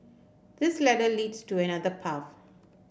this ladder leads to another path